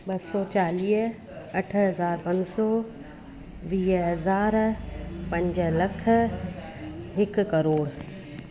ॿ सौ चालीह अठ हज़ार पंज सौ वीह हज़ार पंज लख हिकु करोड़